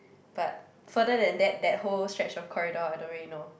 but further than that that whole stretch of corridor I don't really know